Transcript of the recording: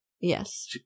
Yes